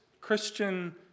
Christian